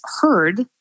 heard